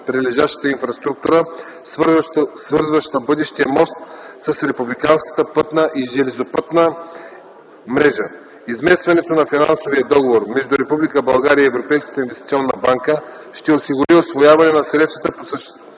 прилежащата инфраструктура, свързваща бъдещия мост с републиканската пътна и железопътна мрежа. Изместването на финансовия договор между Република България и Европейската инвестиционна банка ще осигури усвояване на средствата по съществена